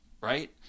Right